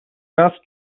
raz